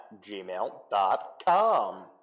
gmail.com